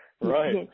Right